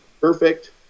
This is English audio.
perfect